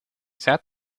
sat